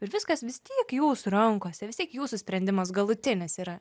ir viskas vis tiek jūsų rankose vis tiek jūsų sprendimas galutinis yra